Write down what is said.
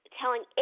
telling